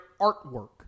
artwork